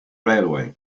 railway